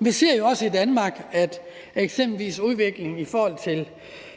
Vi ser jo også i Danmark, at eksempelvis i forhold til udvikling